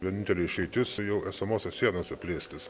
vienintelė išeitis jau esamose sienose plėstis